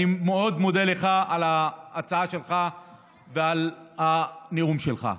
אני מאוד מודה לך על ההצעה שלך ועל הנאום שלך,